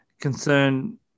concern